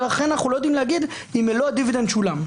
ולכן אנחנו לא יודעים להגיד אם מלוא הדיבידנד שולם.